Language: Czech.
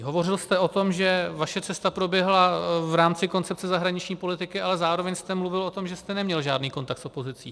Hovořil jste o tom, že vaše cesta proběhla v rámci koncepce zahraniční politiky, ale zároveň jste mluvil o tom, že jste neměl žádný kontakt s opozicí.